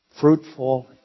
fruitful